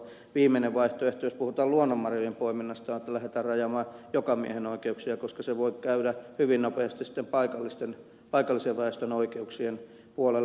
viimeinen vaihtoehto jos puhutaan luonnonmarjojen poiminnasta on että lähdetään rajamaan jokamiehenoikeuksia koska se voi käydä hyvin nopeasti sitten paikallisen väestön oikeuksien puolelle